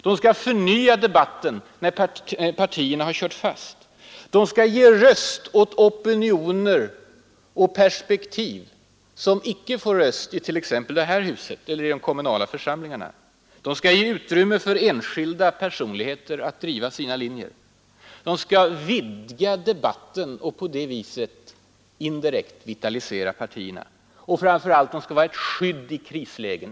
De skall förnya debatten när partierna kört fast. De skall ge röst åt opinioner och perspektiv som icke får röst i t.ex. det här huset eller i de kommunala församlingarna, de skall ge utrymme för enskilda personligheter att driva sina linjer. De skall vidga debatten och på det viset indirekt vitalisera partierna. Framför allt skall pressen vara ett skydd i krislägen.